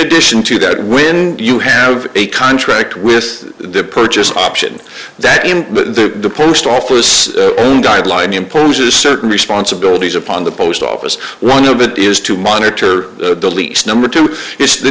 addition to that when you have a contract with the purchase option that in the post office guidelines imposes certain responsibilities upon the post office one job it is to monitor the lease number two is that